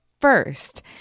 first